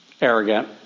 arrogant